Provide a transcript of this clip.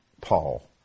Paul